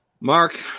Mark